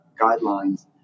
guidelines